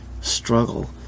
struggle